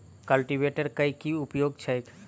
Cultivator केँ की उपयोग छैक?